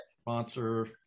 sponsor